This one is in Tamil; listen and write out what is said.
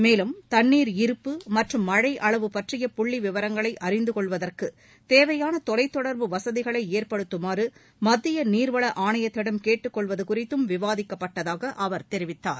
மேலும் தன்ணீர் இருப்பு மற்றும் மழை அளவு பற்றிய புள்ளி விவரங்களை அறிந்துகொள்வதற்கு தேவயான தொலைதொடா்பு வசதிகளை ஏற்படுத்துமாறு மத்திய நீர்வள ஆணையத்திடம் கேட்டுக்கொள்வது குறித்தும் விவாதிக்கப்பட்டதாக அவர் தெரிவித்தார்